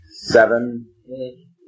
seven